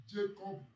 Jacob